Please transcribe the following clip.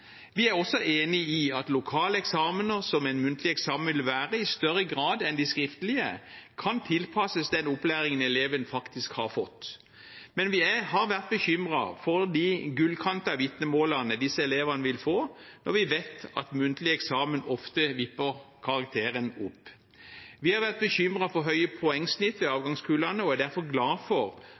Vi er også enig i at lokale eksamener som en muntlig eksamen vil være, i større grad enn de skriftlige kan tilpasses den opplæringen eleven faktisk har fått. Men vi har vært bekymret for de gullkantede vitnemålene disse elevene vil få, når vi vet at muntlig eksamen ofte vipper karakteren opp. Vi har vært bekymret for høye poengsnitt i avgangskullene og er derfor glad for